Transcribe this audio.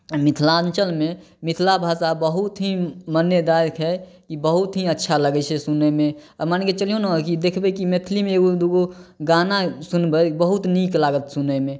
मिथिलाञ्चलमे मिथिला भाषा बहुत ही मान्यदायक हइ ई बहुत ही अच्छा लगै छै सुनेमे मानिके चलियौ ने कि देखबै कि मैथिलीमे एगो दुगो गाना सुनबै बहुत नीक लागत सुनैमे